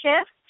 shift